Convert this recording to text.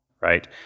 right